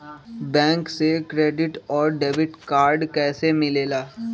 Bank से credit और debit card कैसी मिलेला?